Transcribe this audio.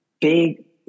big